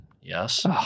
Yes